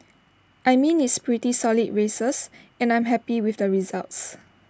I mean it's pretty solid races and I'm happy with the results